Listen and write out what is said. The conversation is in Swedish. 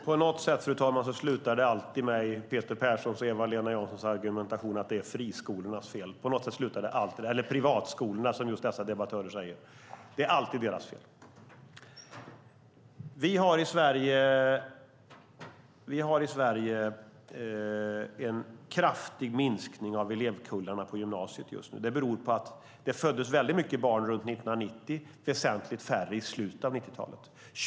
Fru talman! På något sätt slutar alltid Peter Perssons och Eva-Lena Janssons argumentation med att det är friskolornas fel, eller privatskolornas som just dessa debattörer säger. Det är alltid deras fel. Vi har en kraftig minskning av elevkullarna på gymnasiet i Sverige just nu. Det föddes väldigt många barn runt 1990 men väsentligt färre i slutet av 90-talet.